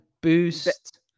Boost